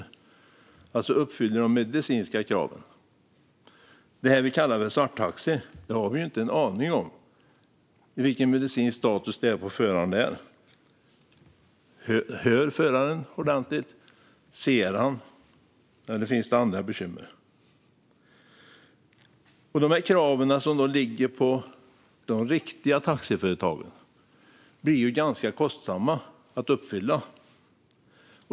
Man ska alltså uppfylla de medicinska kraven, men när det gäller det vi kallar för svarttaxi har vi ju inte en aning om vilken medicinsk status det är på föraren. Hör föraren ordentligt? Ser han? Finns det andra bekymmer? De här kraven som ligger på de riktiga taxiföretagen blir ganska kostsamma att uppfylla.